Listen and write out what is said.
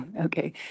Okay